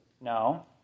No